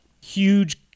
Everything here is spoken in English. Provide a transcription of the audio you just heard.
huge